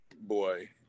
boy